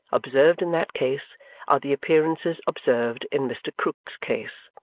observed in that case are the appearances observed in mr. krook's case.